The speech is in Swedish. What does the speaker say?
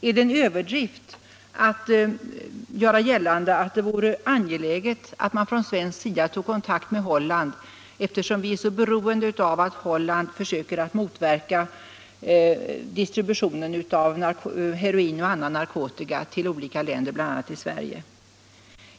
Är det då en överdrift att göra gällande att det vore angeläget att man från svensk sida tog kontakt med Holland, när vi är så beroende av att Holland försöker motverka distributionen av heroin och annan narkotika till olika länder, bl.a. Sverige?